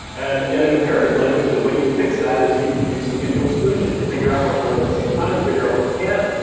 and in an imperative language, the way you fix that is you do some mutual exclusion. you figure out what can run at the same time. you figure out what can't.